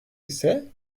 ise